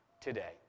today